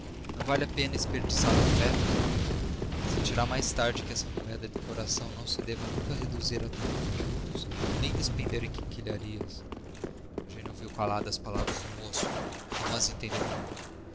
não vale a pena esperdiçar afetos eugênia sentirá mais tarde que essa moeda do coração não se deve nunca reduzir a trocos miúdos nem despender em quinquilharias eugênia ouviu calada as palavras do moço não as entendeu muito